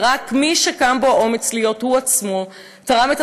ורק מי שקם בו האומץ להיות הוא עצמו תרם את